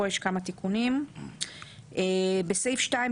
התשע"ו-2015 - הגנה על בריאות הציבור (מזון) בסעיף 2,